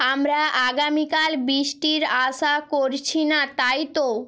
আমরা আগামীকাল বৃষ্টির আশা করছি না তাই তো